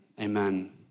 Amen